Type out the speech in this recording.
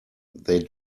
they